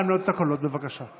נא למנות את הקולות, בבקשה.